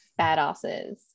Badasses